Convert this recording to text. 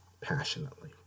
passionately